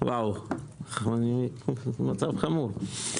וואו, מצב חמור.